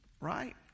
Right